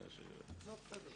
שירצו.